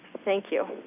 thank you.